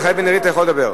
מיכאל בן-ארי, אתה יכול לדבר.